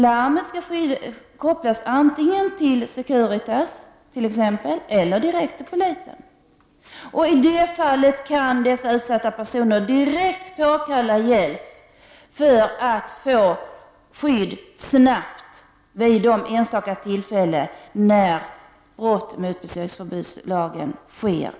Larmet skall kopplas antingen till exempelvis Securitas eller direkt till polisen. Då kan dessa utsatta personer direkt påkalla hjälp för att snabbt få skydd vid de enstaka tillfällen då överträdelse mot besöksförbudslagen sker.